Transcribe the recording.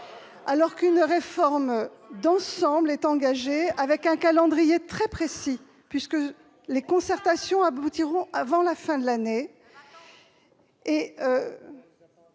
! Une réforme d'ensemble est engagée, avec un calendrier très précis, puisque les concertations s'achèveront avant la fin de l'année